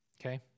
Okay